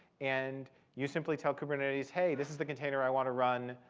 and you simply tell kubernetes, hey, this is the container i want to run.